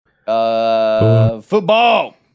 Football